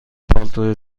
پالتوی